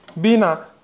Bina